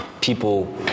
people